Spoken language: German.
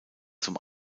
zum